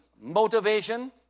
motivation